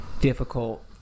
difficult